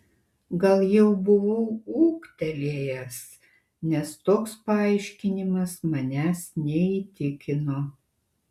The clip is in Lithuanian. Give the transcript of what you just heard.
gal jau buvau ūgtelėjęs nes toks paaiškinimas manęs neįtikino